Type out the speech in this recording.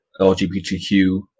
LGBTQ